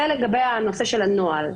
זה לגבי הנושא של הנוהל.